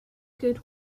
good